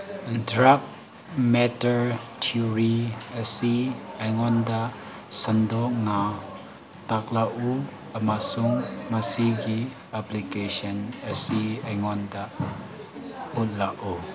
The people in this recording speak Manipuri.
ꯗ꯭ꯔꯛ ꯃꯦꯇꯔ ꯊ꯭ꯌꯣꯔꯤ ꯑꯁꯤ ꯑꯩꯉꯣꯟꯗ ꯁꯟꯗꯣꯛꯅ ꯇꯥꯛꯂꯛꯎ ꯑꯃꯁꯨꯡ ꯃꯁꯤꯒꯤ ꯑꯄ꯭ꯂꯤꯀꯦꯁꯟ ꯑꯁꯤ ꯑꯩꯉꯣꯟꯗ ꯎꯠꯂꯛꯎ